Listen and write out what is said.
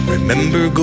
Remember